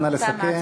נא לסכם.